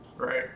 Right